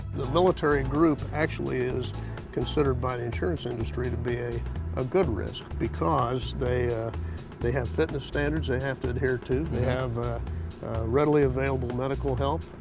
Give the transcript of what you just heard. the military group actually is considered by the insurance industry to be a ah good risk, because they ah they have fitness standards they have to adhere to. they have readily available medical help,